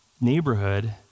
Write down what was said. neighborhood